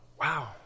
wow